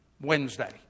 Wednesday